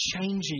changing